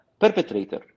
perpetrator